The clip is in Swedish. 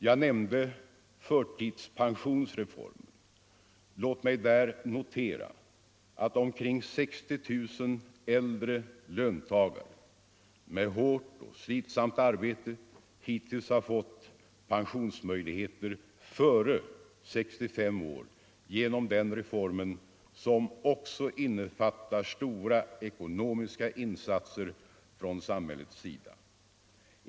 Jag nämnde förtidspensionsreformen — låt mig där notera att omkring 60 000 äldre löntagare med hårt och slitsamt arbete hittills har fått pensionsmöjligheter före 65 år genom den reformen, som också innefattar stora ekonomiska insatser från samhällets sida.